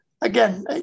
again